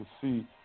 see